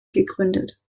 gegründet